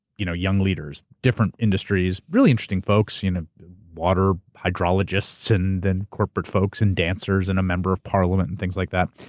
you know young leaders. different industries, really interesting folks. you know water hydrologists and then corporate folks and dancers and a member of parliament and things like that.